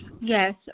Yes